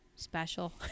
special